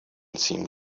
seemed